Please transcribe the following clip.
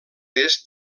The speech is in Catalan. est